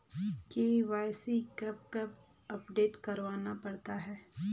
KYC कब कब update करवाना पड़ता है?